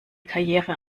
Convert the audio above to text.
karriere